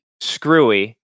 screwy